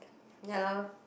ya lor